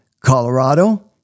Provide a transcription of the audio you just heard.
Colorado